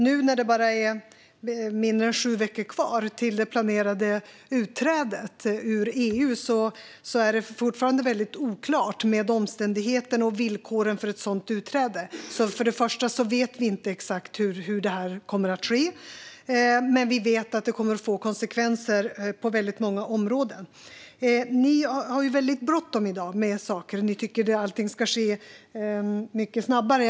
Nu när det bara är mindre än sju veckor kvar till det planerade utträdet ur EU är omständigheterna och villkoren för ett sådant utträde fortfarande oklara. Till att börja med vet vi inte exakt hur det kommer att ske. Men vi vet att det kommer att få konsekvenser på många områden. Ni har väldigt bråttom med saker i dag, Allan Widman och Hans Wallmark. Ni tycker att allting ska ske mycket snabbare.